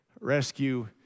rescue